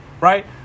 right